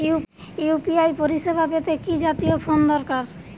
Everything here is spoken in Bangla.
ইউ.পি.আই পরিসেবা পেতে কি জাতীয় ফোন দরকার?